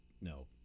no